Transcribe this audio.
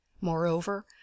moreover